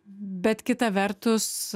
bet kita vertus